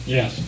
Yes